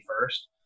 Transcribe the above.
first